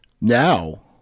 Now